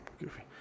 Goofy